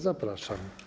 Zapraszam.